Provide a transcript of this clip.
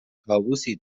طاووسی